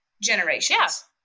generations